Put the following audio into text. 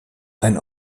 ein